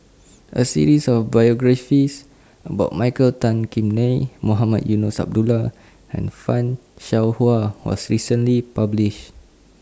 A series of biographies about Michael Tan Kim Nei Mohamed Eunos Abdullah and fan Shao Hua was recently published